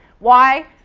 why?